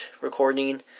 recording